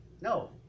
No